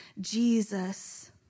Jesus